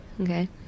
Okay